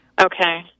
Okay